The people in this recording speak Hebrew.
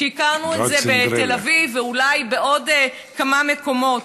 שהכרנו את זה בתל אביב ואולי בעוד כמה מקומות,